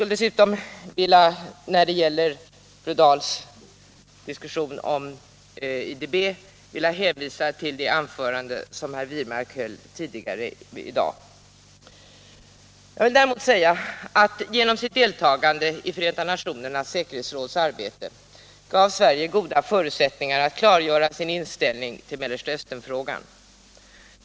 Dessutom skulle jag när det gäller fru Dahls diskussion om IDB vilja hänvisa till det anförande som herr Wirmark höll tidigare i dag. Jag vill däremot säga att genom sitt deltagande i Förenta nationernas säkerhetsråds arbete gavs Sverige goda förutsättningar att klargöra sin inställning till Mellersta Östern-frågan.